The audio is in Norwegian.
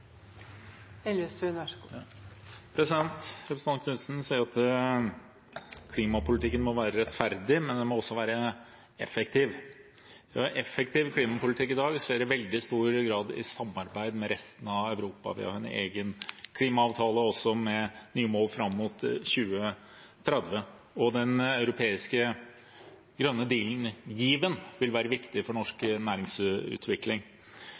Representanten Knutsen sier at klimapolitikken må være rettferdig, men den må også være effektiv. En effektiv klimapolitikk i dag skjer i veldig stor grad i samarbeid med resten av Europa. Vi har en egen klimaavtale også med nye mål fram mot 2030, og den europeiske grønne given vil være viktig for norsk næringsutvikling.